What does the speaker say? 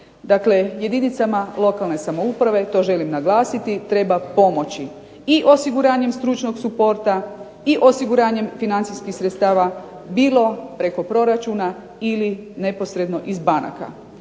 jedinicama lokalne samouprave to želim naglasiti treba pomoći i osiguranjem stručnog suporta i osiguranjem financijskih sredstava bilo preko proračuna ili neposredno iz banaka.